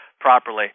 properly